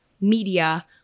media